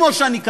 כמו שאני קראתי.